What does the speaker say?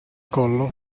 collo